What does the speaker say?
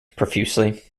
profusely